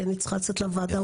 כי אני צריכה לצאת לוועדה אחרת.